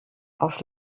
aus